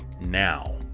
now